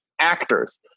actors